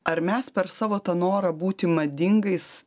ar mes per savo tą norą būti madingais